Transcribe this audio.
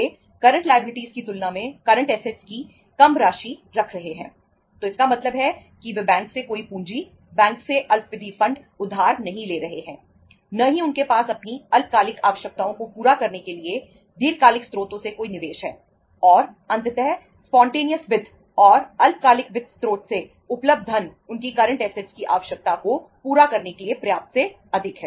वे current liabilities की आवश्यकता को पूरा करने के लिए पर्याप्त से अधिक है